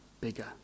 bigger